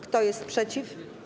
Kto jest przeciw?